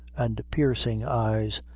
and piercing eyes,